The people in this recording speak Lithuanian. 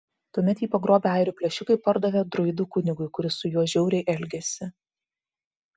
tuomet jį pagrobę airių plėšikai pardavė druidų kunigui kuris su juo žiauriai elgėsi